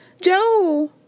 Joe